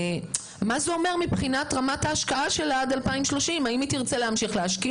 ומה זה אומר מבחינת רמת ההשקעה שלה עד 2030. האם היא תרצה להשקיע?